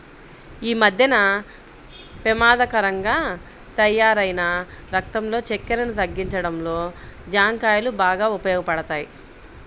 యీ మద్దెన పెమాదకరంగా తయ్యారైన రక్తంలో చక్కెరను తగ్గించడంలో జాంకాయలు బాగా ఉపయోగపడతయ్